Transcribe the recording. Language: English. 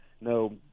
no